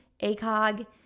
ACOG